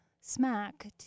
smack